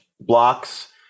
blocks